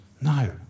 No